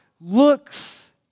looks